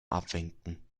abwinken